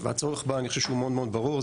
והצורך בה אני חושב שהוא מאוד מאוד ברור.